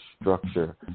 structure